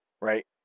right